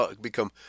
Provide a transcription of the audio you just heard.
become